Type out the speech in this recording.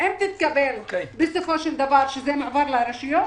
יתקבל שזה מועבר לרשויות,